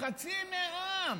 חצי מהעם